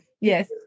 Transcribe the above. yes